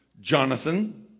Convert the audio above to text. Jonathan